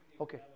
Okay